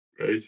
Right